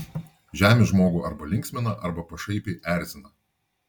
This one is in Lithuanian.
žemė žmogų arba linksmina arba pašaipiai erzina